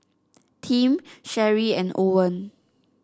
Tim Sherree and Owen